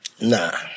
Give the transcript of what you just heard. Nah